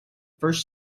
first